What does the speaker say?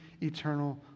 eternal